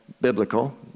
biblical